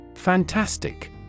Fantastic